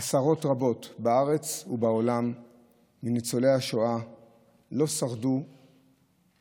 עשרות רבות מניצולי השואה בארץ ובעולם לא שרדו במגפה,